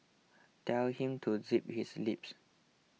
tell him to zip his lips